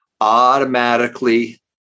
automatically